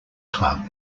club